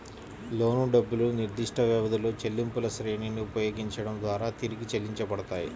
లోను డబ్బులు నిర్దిష్టవ్యవధిలో చెల్లింపులశ్రేణిని ఉపయోగించడం ద్వారా తిరిగి చెల్లించబడతాయి